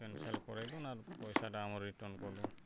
cancel କରିଦଉନ୍ ଆର୍ ପଇସାଟା ଆମର୍ ରିଟର୍ଣ୍ଣ୍ କରିଦଉନ୍